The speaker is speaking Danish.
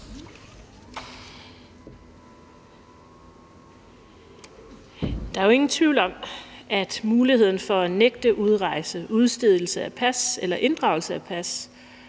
Der er jo ingen tvivl om, at muligheden for at nægte udrejse, udstedelse af pas eller inddragelse af pas